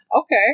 okay